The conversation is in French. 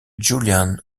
julian